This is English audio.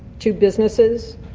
to businesses,